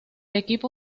equipo